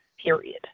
period